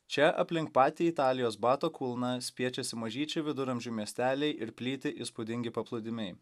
čia aplink patį italijos bato kulną spiečiasi mažyčiai viduramžių miesteliai ir plyti įspūdingi paplūdimiai